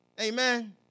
Amen